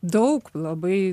daug labai